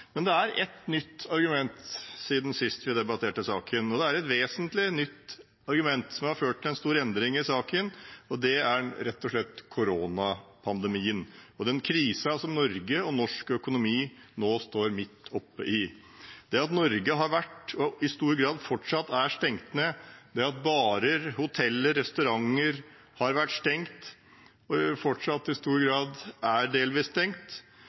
Men det er ett nytt argument siden sist vi debatterte saken, og det er et vesentlig nytt argument som har ført til en stor endring i saken. Det er rett og slett koronapandemien og den krisen som Norge og norsk økonomi nå står midt oppe i. Det at Norge har vært og i stor grad fortsatt er stengt ned, det at barer, hoteller og restauranter har vært stengt og fortsatt i stor grad er delvis stengt,